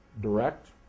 direct